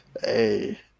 Hey